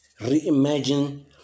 reimagine